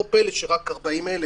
לא פלא שרק 40,000